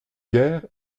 guerre